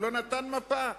הוא לא נתן מפה.